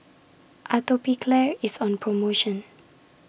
Atopiclair IS on promotion